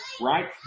right